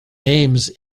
names